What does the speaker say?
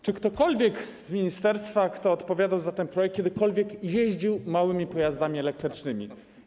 Czy ktokolwiek z ministerstwa, kto odpowiada za ten projekt, kiedykolwiek jeździł małymi pojazdami elektrycznymi?